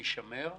יזמנו